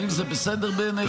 האם זה בסדר בעיניך?